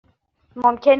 ممکن